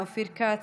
אופיר כץ,